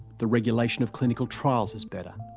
the regulation of clinical trials is better.